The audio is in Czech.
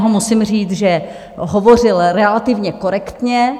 Musím říct, že hovořil relativně korektně.